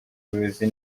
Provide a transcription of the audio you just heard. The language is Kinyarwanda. ubuyobozi